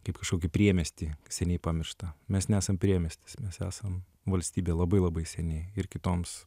kaip kažkokį priemiestį seniai pamirštą mes nesam priemiestis mes esam valstybė labai labai seniai ir kitoms